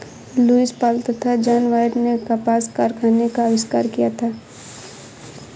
Lewis Paul तथा John Wyatt ने कपास कारखाने का आविष्कार किया था